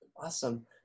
Awesome